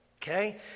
Okay